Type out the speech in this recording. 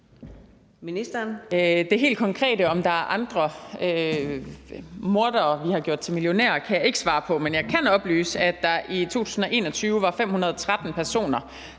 Det helt konkrete, om der er andre mordere, vi har gjort til millionærer, kan jeg ikke svare på. Men jeg kan oplyse, at der i 2021 var 513 personer,